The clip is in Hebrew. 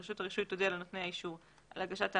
רשות הרישוי תודיע לנותני האישור על הגשת ההצהרה.